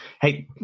Hey